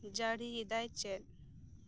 ᱡᱟᱲᱤ ᱮᱫᱟᱭ ᱪᱮᱫ